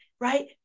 right